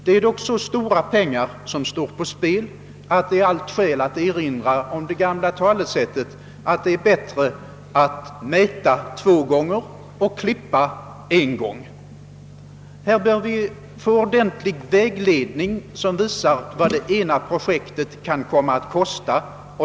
Det är så stora pengar som står på spel att det är allt skäl att erinra om det gamla talesättet att det är bäst att mäta två gånger och klippa en gång. Här bör vi få en ordentlig vägledning, som visar vad det ena och det andra projektet kostar.